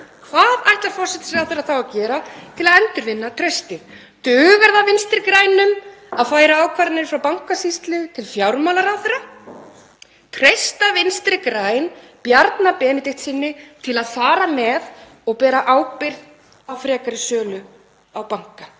Hvað ætlar forsætisráðherra þá að gera til að endurvinna traustið? Dugar það Vinstri grænum að færa ákvarðanir frá Bankasýslu til fjármálaráðherra? Treysta Vinstri græn Bjarna Benediktssyni til að fara með og bera ábyrgð á frekari sölu á banka?